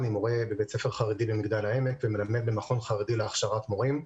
אני מורה בבית ספר חרדי במגדל העמק ומלמד במכון חרדי להכשרת מורים.